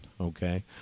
okay